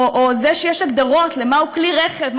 או זה שיש הגדרות מהו כלי רכב,